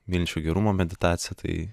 minčių gerumo meditacija tai